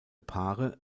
paare